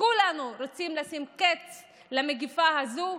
כולנו רוצים לשים קץ למגפה הזאת,